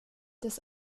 des